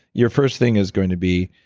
your first thing is going to be,